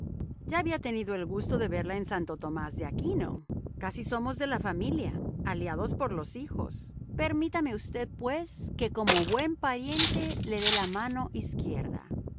ya había tenido el gusto de verla en santo tomás de aquino casi somos de la familia aliados por los hijos permítame usted pues que como buen pariente le dé la mano izquierda